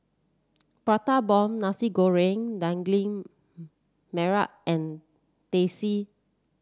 Prata Bomb Nasi Goreng Daging Merah and Teh C